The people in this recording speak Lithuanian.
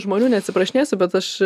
žmonių neatsiprašinėsiu bet aš